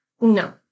No